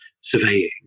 surveying